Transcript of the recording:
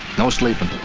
no sleeping.